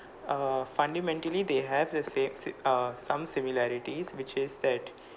err fundamentally they have the same si~ uh some similarities which is that